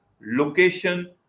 location